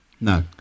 No